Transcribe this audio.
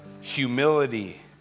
humility